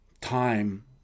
time